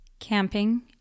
Camping